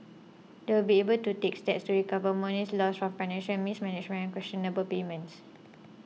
they will be able to take steps to recover monies lost from financial mismanagement and questionable payments